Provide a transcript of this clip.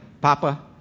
Papa